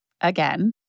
again